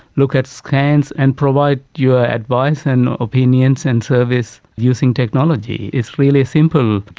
look at scans and provide your advice and opinions and service using technology, it's really simple.